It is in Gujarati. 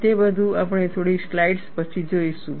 તે બધું આપણે થોડી સ્લાઈડ્સ પછી જોઈશું